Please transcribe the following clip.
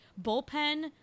bullpen